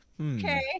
Okay